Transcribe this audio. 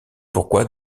pourquoi